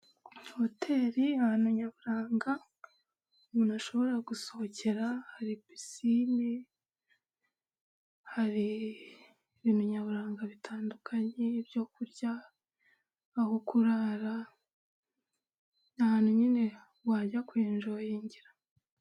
Hoteri ahantu nyaburanga umuntu ashobora gusohokera hari pisine, hari ibintu nyaburanga bitandukanye, ibyo kurya, aho kurara, ni ahantu nyine wajya kuhinjoyingira.